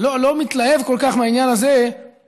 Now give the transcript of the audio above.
לא מתלהב כל כך מהעניין הזה שהתשובה